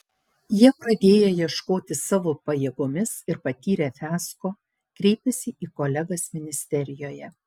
jie pradėję ieškoti savo pajėgomis ir patyrę fiasko kreipėsi į kolegas ministerijoje